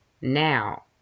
now